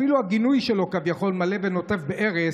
אפילו הגינוי שלו, כביכול, מלא ונוטף ארס.